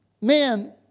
Man